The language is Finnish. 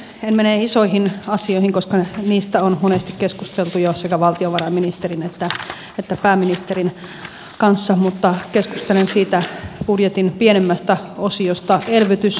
en mene isoihin asioihin koska niistä on monesti keskusteltu jo sekä valtiovarainministerin että pääministerin kanssa mutta keskustelen siitä budjetin pienemmästä osiosta elvytysvarasta